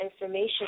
information